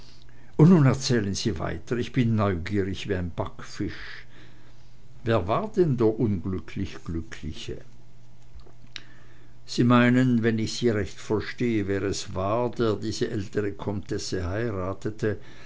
und nun erzählen sie weiter ich bin neugierig wie ein backfisch wer war denn der unglücklich glückliche sie meinen wenn ich sie recht verstehe wer es war der diese ältere comtesse heiratete